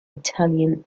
italian